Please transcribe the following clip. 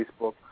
Facebook